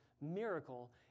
miracle